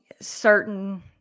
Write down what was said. certain